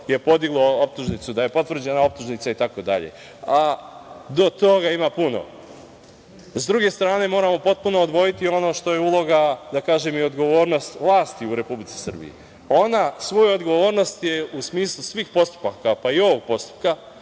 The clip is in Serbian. podiglo optužnicu, da je potvrđena optužnica, itd. A do toga ima puno.S druge strane, moramo potpuno odvojiti ono što je uloga i odgovornost vlasti u Republici Srbiji, ona svoju odgovornost je u smislu svih postupaka, pa i ovog postupka